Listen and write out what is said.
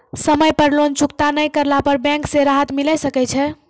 समय पर लोन चुकता नैय करला पर बैंक से राहत मिले सकय छै?